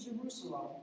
Jerusalem